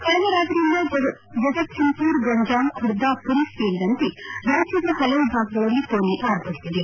ಕಳೆದ ರಾತ್ರಿಯಿಂದ ಜಗತ್ಸಿಂಗ್ಪುರ್ ಗಂಜಾಂ ಖುರ್ದಾ ಪುರಿ ಸೇರಿದಂತೆ ರಾಜ್ಲದ ಹಲವು ಭಾಗಗಳಲ್ಲಿ ಘೋನಿ ಆರ್ಭಟಿಸಿದೆ